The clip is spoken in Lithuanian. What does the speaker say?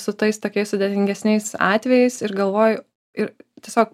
su tais tokiais sudėtingesniais atvejais ir galvoji ir tiesiog